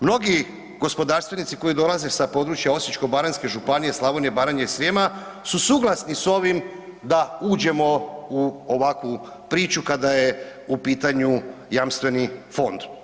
Mnogi gospodarstvenici koji dolaze sa područja Osječko-baranjske županije, Slavonije, Baranje i Srijema su suglasni s ovim da uđemo u ovakvu priču kada je u pitanju jamstveni fond.